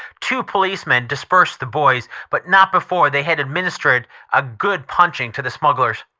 two policemen dispersed the boys, but not before they had administered a good punching to the smugglers.